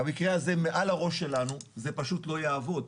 והמקרה הזה מעל הראש שלנו, זה פשוט לא יעבוד.